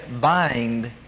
bind